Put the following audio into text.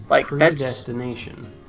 Predestination